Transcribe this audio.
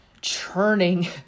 churning